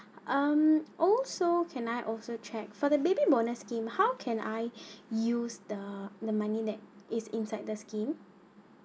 um also can I also check for the baby bonus scheme how can I use the the money that is inside the scheme